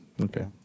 Okay